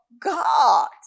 God